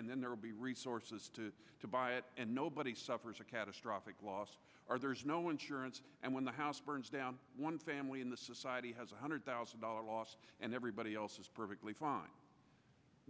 and then there will be resources to to buy it and nobody suffers a catastrophic loss are there's no insurance and when the house burns down one family in the society has one hundred thousand dollars lost and everybody else is perfectly fine